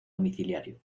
domiciliario